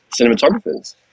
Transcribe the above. cinematographers